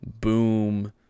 boom